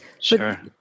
Sure